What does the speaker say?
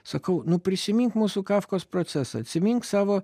sakau nu prisimink mūsų kafkos procesą atsimink savo